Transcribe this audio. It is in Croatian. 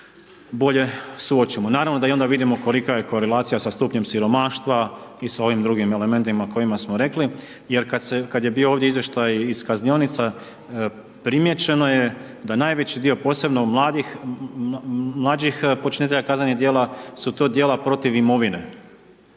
bolje suočimo. Naravno, da i onda vidimo kolika je korelacija sa stupnjem siromaštva i sa ovim drugim elementima o kojima smo rekli jer kad je bio ovdje izvještaj iz kaznionica, primijećeno je da najveći dio, posebno mladih, mlađih počinitelja kaznenih djela, su to djela protiv imovine.